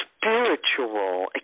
spiritual